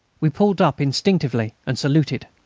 we pulled up instinctively and saluted.